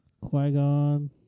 Qui-Gon